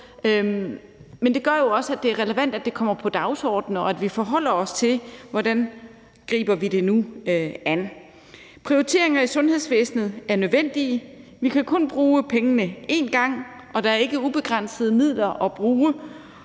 men det gør jo også, at det er relevant, at det kommer på dagsordenen, og at vi forholder os til, hvordan vi nu griber det an. Prioriteringer i sundhedsvæsenet er nødvendige. Vi kan kun bruge pengene én gang, og der er ikke ubegrænsede midler at bruge,